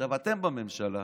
עכשיו אתם בממשלה,